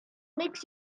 makes